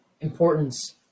importance